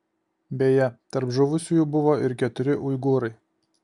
beje tarp žuvusiųjų buvo ir keturi uigūrai